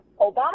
Obama